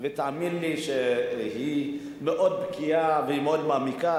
ותאמין לי שהיא מאוד בקיאה ומאוד מעמיקה,